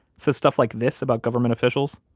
says stuff like this about government officials?